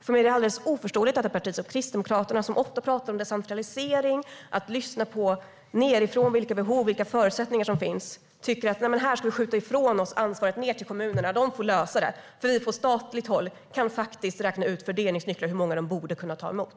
För mig är det alldeles oförståeligt att ett parti som Kristdemokraterna, som ofta pratar om decentralisering och om att lyssna nedifrån för att ta reda på vilka behov och förutsättningar som finns, tycker att vi ska skjuta ifrån oss ansvaret för att lösa detta till kommunerna eftersom vi på statligt håll kan räkna ut fördelningsnycklar och hur många de borde kunna ta emot.